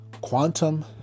quantum